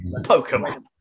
Pokemon